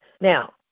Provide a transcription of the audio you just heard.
Now